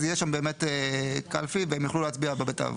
אז יש שם באמת קלפי והם יוכלו להצביע בבית האבות,